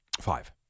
Five